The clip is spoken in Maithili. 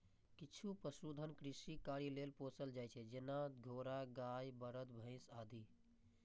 किछु पशुधन कृषि कार्य लेल पोसल जाइ छै, जेना घोड़ा, गाय, बरद, भैंस आदि